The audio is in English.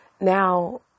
now